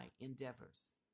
endeavors